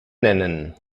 nennen